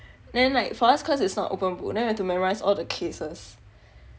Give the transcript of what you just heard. then like for us cause it's not open book then have to memorize all the cases